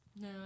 No